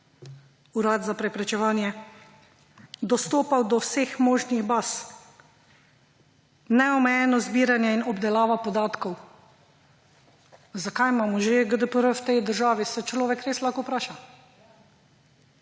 pranja denarja, dostopal do vseh možnih baz, neomejeno zbiranje in obdelava podatkov. Zakaj imamo že GDPR v tej državi, se človek res lahko vpraša.